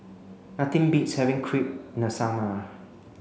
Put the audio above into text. nothing beats having Crepe in the summer